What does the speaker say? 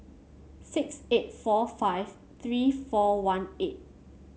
six eight four five three four one eight